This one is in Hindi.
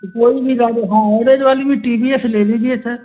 तो कोई भी गाड़ी हाँ एवरेज वाली में टी वी एस ले लीजिए सर